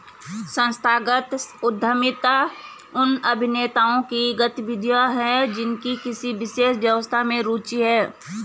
संस्थागत उद्यमिता उन अभिनेताओं की गतिविधियाँ हैं जिनकी किसी विशेष व्यवस्था में रुचि है